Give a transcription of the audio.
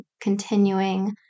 continuing